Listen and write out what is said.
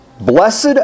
Blessed